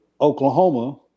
Oklahoma